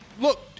look